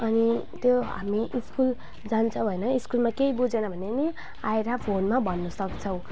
अनि त्यो हामी स्कुल जान्छौँ होइनस्कुलमा केही बुझेन भने नि आएर फोनमा भन्नुसक्छौँ